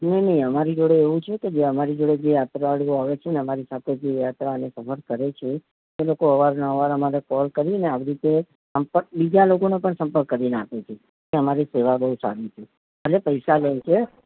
નહીં નહીં અમારી જોડે એવું છે કે અમારી જોડે જે યાત્રાળુઓ આવે છે અને અમારી સાથે જે યાત્રા અને સફર કરે છે તે લોકો અવારનવાર અમને કોલ કરીને આવી રીતે સંપર્ક બીજા લોકોનો પણ સંપર્ક કરીને આપે છે અમારી સેવા બહુ સારી છે ભલે પૈસા લે છે